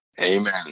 Amen